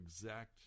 exact